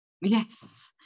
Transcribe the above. Yes